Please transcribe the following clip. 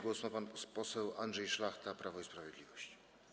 Głos ma pan poseł Andrzej Szlachta, Prawo i Sprawiedliwość.